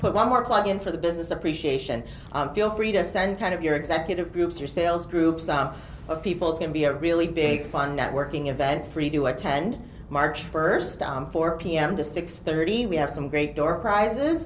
put one more plug in for the business appreciation feel free to send kind of your executive groups or sales groups of people can be a really big fun networking event for you to attend march first four pm to six thirty we have some great door prizes